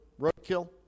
roadkill